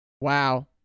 Wow